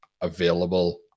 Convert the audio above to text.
available